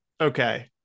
Okay